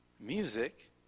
Music